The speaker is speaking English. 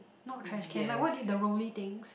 not trash can like what did the rolley things